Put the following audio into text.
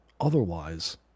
Otherwise